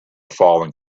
falling